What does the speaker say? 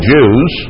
Jews